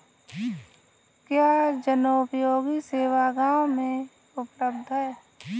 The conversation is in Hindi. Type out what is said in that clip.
क्या जनोपयोगी सेवा गाँव में भी उपलब्ध है?